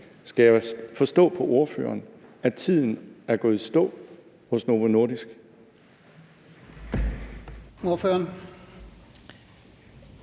Skal jeg forstå på ordføreren, at tiden er gået i stå hos Novo Nordisk?